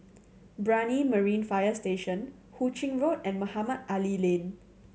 Brani Marine Fire Station Hu Ching Road and Mohamed Ali Lane